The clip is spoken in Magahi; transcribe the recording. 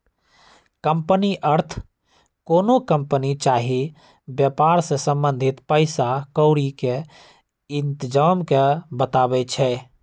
कंपनी अर्थ कोनो कंपनी चाही वेपार से संबंधित पइसा क्औरी के इतजाम के बतबै छइ